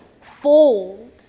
fold